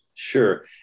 Sure